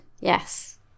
yes